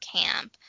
camp